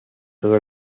todo